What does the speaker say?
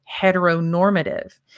heteronormative